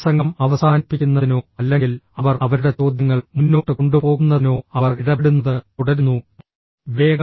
പ്രസംഗം അവസാനിപ്പിക്കുന്നതിനോ അല്ലെങ്കിൽ അവർ അവരുടെ ചോദ്യങ്ങൾ മുന്നോട്ട് കൊണ്ടുപോകുന്നതിനോ അവർ ഇടപെടുന്നത് തുടരുന്നു വേഗം